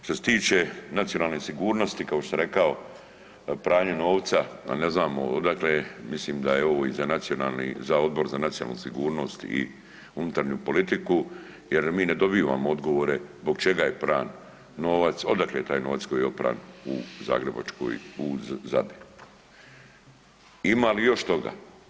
Što se tiče nacionalne sigurnosti kao što sam rekao pranje novca da ne znamo odakle je, mislim da je ovo i za Odbor za nacionalnu sigurnost i unutarnju politiku jer mi ne dobivamo odgovore zbog čega je pran novac, odakle je taj novac koji je opran u ZABA-i i ima li još toga.